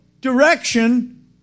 direction